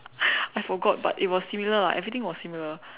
I forgot but it was similar lah everything was similar